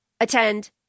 attend